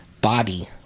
Body